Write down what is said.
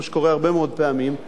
כמו שקורה הרבה מאוד פעמים,